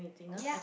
ya